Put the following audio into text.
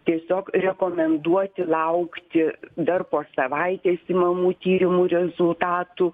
tiesiog rekomenduoti laukti dar po savaitės imamų tyrimų rezultatų